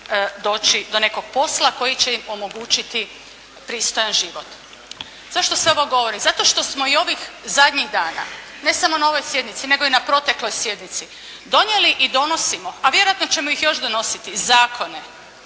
doći do nekog posla koji će im omogućiti pristojan život. Zašto sve ovo govorim? Zato što smo i ovih zadnjih dana, ne samo na ovoj sjednici, nego i na protekloj sjednici donijeli i donosimo, a vjerojatno ćemo ih još donositi zakone